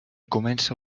comença